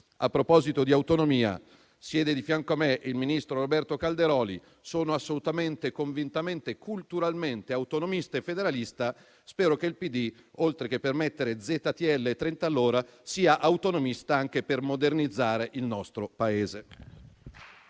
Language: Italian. A proposito di autonomia, siede di fianco a me il ministro Roberto Calderoli. Sono assolutamente, convintamente e culturalmente autonomista e federalista. Spero che il PD, oltre che permettere ZTL e limiti di velocità a 30 chilometri all'ora, sia autonomista anche per modernizzare il nostro Paese.